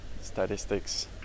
statistics